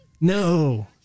No